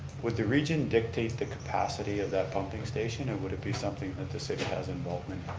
would the region dictate the capacity of that pumping station or would it be something that the city has involvement